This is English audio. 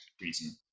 reason